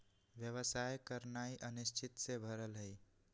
व्यवसाय करनाइ अनिश्चितता से भरल हइ